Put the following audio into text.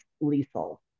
lethal